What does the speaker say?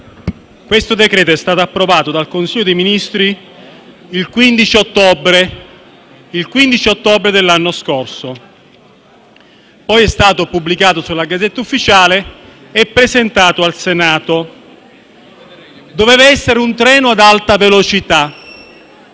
questo decreto-legge è stato approvato dal Consiglio dei ministri il 15 ottobre dell'anno scorso, poi è stato pubblicato sulla *Gazzetta Ufficiale* e presentato al Senato. Avrebbe dovuto essere un treno ad alta velocità,